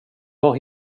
var